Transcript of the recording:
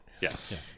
yes